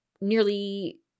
nearly